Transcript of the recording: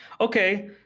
okay